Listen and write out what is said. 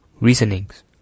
reasonings